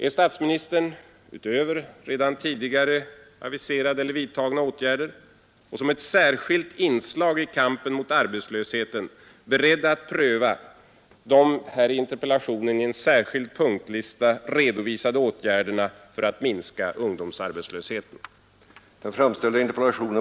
Är statsministern — utöver redan vidtagna åtgärder och som ett särskilt inslag i kampen mot arbetslösheten — beredd att pröva de i interpellationen redovisade åtgärderna för att minska ungdomsarbetslösheten?